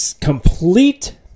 complete